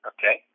Okay